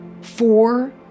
four